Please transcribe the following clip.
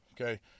Okay